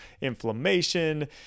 inflammation